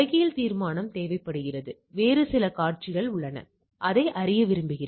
எனவே இந்த சமன்பாடு பார்ப்பதற்கு எப்படி இருக்கிறது